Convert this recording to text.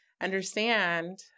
understand